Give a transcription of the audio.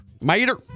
Mater